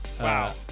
wow